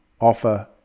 offer